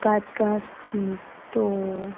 काँच का अस्सी तो